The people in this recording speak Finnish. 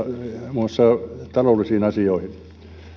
muassa taloudellisiin asioihin